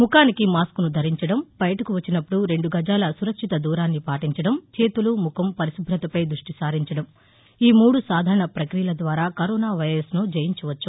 ముఖానికి మాస్కును ధరించడం బయటకు వచ్చినప్పుడు రెండు గజాల సురక్షిత దూరాన్ని పాటించదం చేతులు ముఖం పరిశుభతపై దృష్టి సారించడం ఈ మూడు సాధారణ పక్రియల ద్వారా కరోనా వైరస్ను జయించవచ్చు